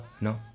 No